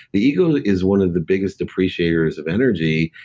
the ego is one of the biggest depreciators of energy.